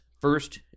first